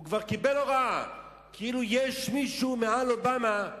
הוא כבר קיבל הוראה, כאילו יש מישהו מעל אובמה,